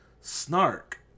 snark